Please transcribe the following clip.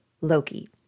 Loki